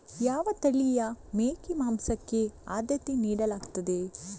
ಯಾವ ತಳಿಯ ಮೇಕೆ ಮಾಂಸಕ್ಕೆ ಆದ್ಯತೆ ನೀಡಲಾಗ್ತದೆ?